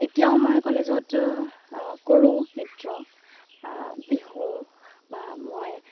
এতিয়াও মই কলেজত কৰোঁ নৃত্য বিহু বা মই